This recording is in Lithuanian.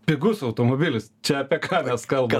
pigus automobilis čia apie ką mes kalbam